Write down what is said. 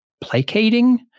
placating